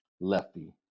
Lefty